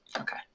Okay